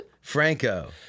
Franco